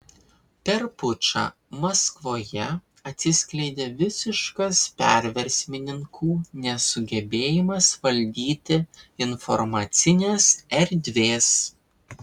per pučą maskvoje atsiskleidė visiškas perversmininkų nesugebėjimas valdyti informacinės erdvės